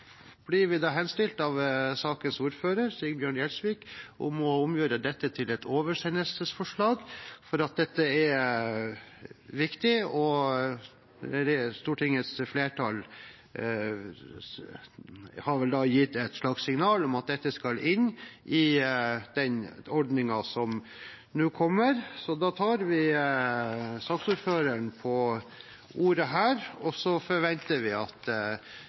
sakens ordfører, Sigbjørn Gjelsvik, henstilte til oss om å omgjøre forslaget til et oversendelsesforslag fordi dette er viktig. Stortingets flertall har vel da gitt et slags signal om at dette skal inn i den ordningen som nå kommer. Så da tar vi saksordføreren på ordet og forventer at